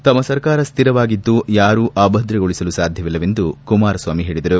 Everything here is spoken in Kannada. ತಮ್ಮ ಸರ್ಕಾರ ಸ್ಟಿರವಾಗಿದ್ದು ಯಾರೂ ಅಭದ್ರಗೊಳಿಸಲು ಸಾಧ್ಯವಿಲ್ಲ ಎಂದು ಕುಮಾರಸ್ವಾಮಿ ಹೇಳಿದರು